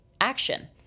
action